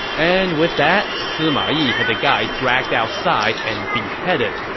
and with that, sima yi had the guy dragged outside and beheaded.